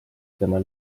tema